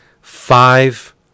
five